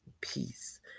peace